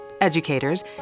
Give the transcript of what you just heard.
educators